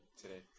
today